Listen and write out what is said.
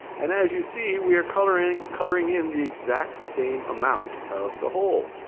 and as you see, we're coloring coloring in the exact same amount of the whole.